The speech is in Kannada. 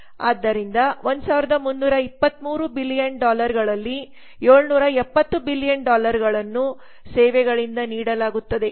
ಆದ್ದರಿಂದ 1323 ಬಿಲಿಯನ್ ಡಾಲರ್ಗಳಲ್ಲಿ 770 ಬಿಲಿಯನ್ ಡಾಲರ್ಗಳನ್ನು ಸೇವೆಗಳಿಂದ ನೀಡಲಾಗುತ್ತದೆ